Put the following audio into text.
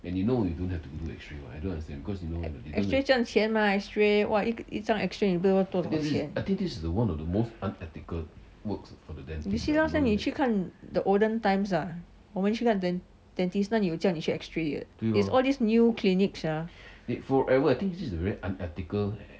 x-ray 赚钱吗 x-ray waa 一张 x-ray 赚不知道多少钱 you see last time 你去看 the olden times ah 我们去看 dentist 哪里有叫你去看 x-ray 的 it is all these new clinics ah